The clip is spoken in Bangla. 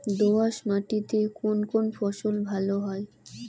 দোঁয়াশ মাটিতে কোন কোন ফসল ভালো হয়?